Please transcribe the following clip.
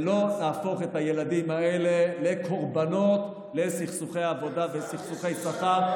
ולא נהפוך את הילדים האלה לקורבנות של סכסוכי העבודה וסכסוכי שכר.